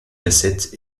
cassettes